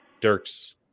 Dirk's